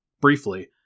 briefly